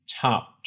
top